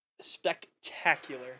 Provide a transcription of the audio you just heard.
spectacular